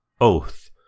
Oath